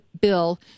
bill